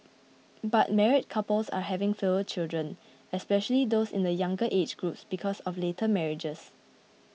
but married couples are having fewer children especially those in the younger age groups because of later marriages